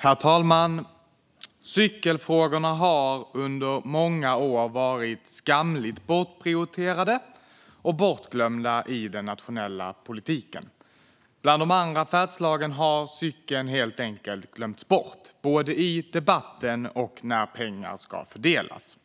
Herr talman! Cykelfrågorna har under många år varit skamligt bortprioriterade och bortglömda i den nationella politiken. Bland de andra färdslagen har cykeln helt enkelt glömts bort både i debatten och när pengar ska fördelas.